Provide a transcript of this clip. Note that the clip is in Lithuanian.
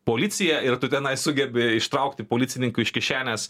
policiją ir tu tenai sugebi ištraukti policininkui iš kišenės